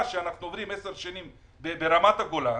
שאנחנו עוברים במשך 10 שנים ברמת הגולן.